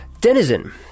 Denizen